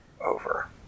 over